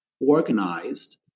organized